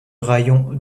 raïon